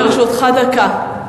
לרשותך דקה.